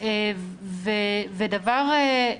דבר שלישי,